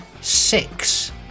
six